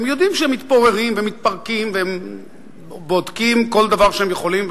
הם יודעים שהם מתפוררים ומתפרקים ובודקים כל דבר שהם יכולים,